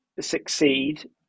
succeed